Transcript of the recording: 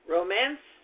Romance